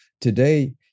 today